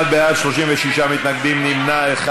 41 בעד, 36 מתנגדים, נמנע אחד.